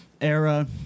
era